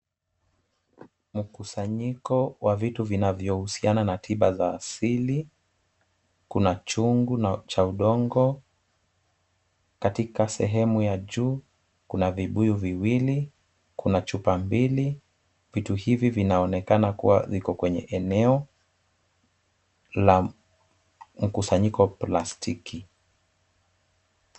Mkusanyiko wa vitu vinavyohusiana na tiba za asili. Kuna chungu cha udongo. Katika sehemu ya juu kuna vibuyu viwili. Kuna chupa mbili. Vitu hivi vinaonekana kuwa viko kwenye eneo la mkusanyiko wa plastiki.